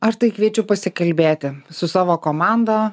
aš tai kviečiu pasikalbėti su savo komanda